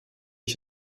ich